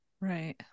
Right